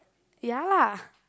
ya lah